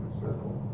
circle